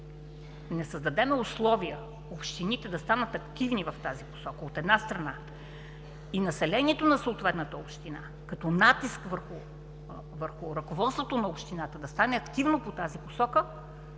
не създадем условия общините да станат активни в тази посока, от една страна, и населението на съответната община, като натиск върху ръководството на общината, да стане активно по тази посока,